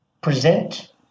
present